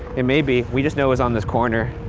it may be. we just know it was on this corner.